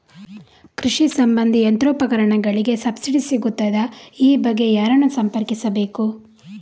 ಕೃಷಿ ಸಂಬಂಧಿ ಯಂತ್ರೋಪಕರಣಗಳಿಗೆ ಸಬ್ಸಿಡಿ ಸಿಗುತ್ತದಾ? ಈ ಬಗ್ಗೆ ಯಾರನ್ನು ಸಂಪರ್ಕಿಸಬೇಕು?